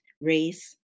Race